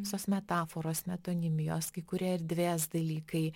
visos metaforos metonimijos kai kurie erdvės dalykai